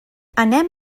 anem